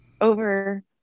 over